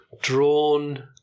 Drawn